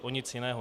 Nic jiného.